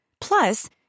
Plus